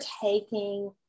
taking